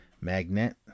Magnet